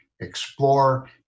explore